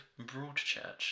Broadchurch